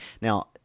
Now